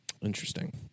Interesting